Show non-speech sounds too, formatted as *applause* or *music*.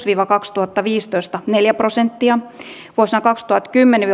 *unintelligible* viiva kaksituhattaviisitoista ja neljä pilkku kuusi prosenttia vuosina kaksituhattakymmenen *unintelligible*